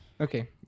Okay